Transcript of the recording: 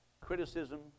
criticism